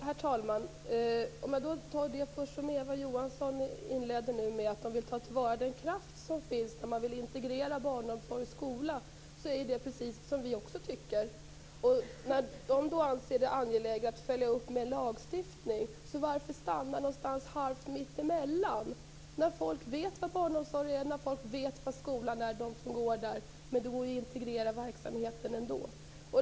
Herr talman! Jag skall först ta upp det som Eva Johansson inledde med, att man vill ta till vara den kraft som finns när man vill integrera barnomsorg och skola. Det är precis vad vi också vill. Eftersom socialdemokraterna då anser det angeläget att följa upp med en lagstiftning, varför då stanna någonstans halvvägs? Folk vet vad barnomsorg är och de vet vad skola är. Det går ändå att integrera verksamheterna.